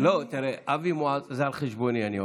זה על חשבוני, אני עוצר.